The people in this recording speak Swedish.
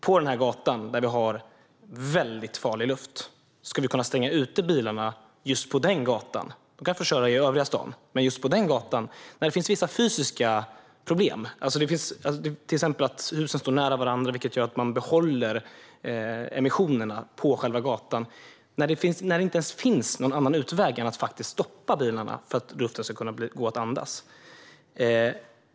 På en gata där de har väldigt farlig luft ska de kunna stänga ute bilarna - de kan få köra i övriga stan. Det kan vara en gata där det finns vissa fysiska problem, till exempel att husen står nära varandra, vilket gör att emissionerna behålls på själva gatan. Det kan vara så att det inte finns någon annan utväg än att faktiskt stoppa bilarna för att luften ska kunna gå att andas in.